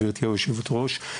גברתי היושבת-ראש,